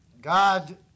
God